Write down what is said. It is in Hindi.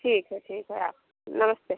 ठीक है ठीक है आ नमस्ते